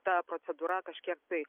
ta procedūra kažkiek tai